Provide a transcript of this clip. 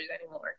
anymore